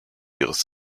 iris